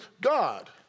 God